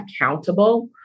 accountable